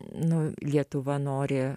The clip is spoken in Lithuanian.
nu lietuva nori